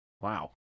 wow